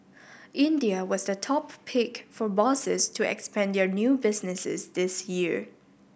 India was the top pick for bosses to expand their new businesses this year